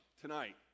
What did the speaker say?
tonight